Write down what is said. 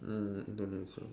mm Indonesian